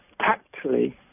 tactfully